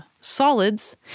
solids